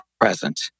present